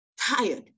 tired